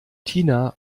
tina